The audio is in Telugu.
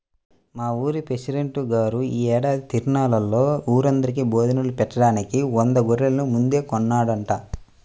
మా ఊరి పెసిడెంట్ గారు యీ ఏడాది తిరునాళ్ళలో ఊరందరికీ భోజనాలు బెట్టడానికి వంద గొర్రెల్ని ముందే కొన్నాడంట